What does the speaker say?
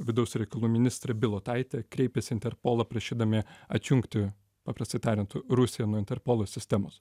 vidaus reikalų ministrė bilotaitė kreipėsi į interpolą prašydami atjungti paprastai tariant rusiją nuo interpolo sistemos